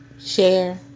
share